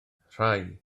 rhai